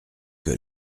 que